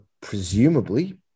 presumably